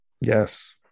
Yes